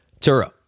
Turo